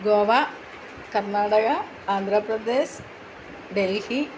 Goa Karnataka Andhra Pradesh Delhi